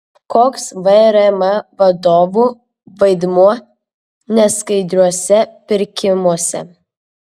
koks vrm vadovų vaidmuo neskaidriuose pirkimuose